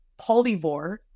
Polyvore